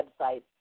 websites